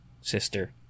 sister